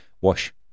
wash